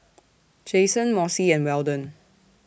Jason Mossie and Weldon